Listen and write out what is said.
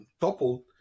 toppled